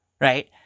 Right